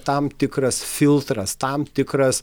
tam tikras filtras tam tikras